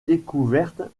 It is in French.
découverte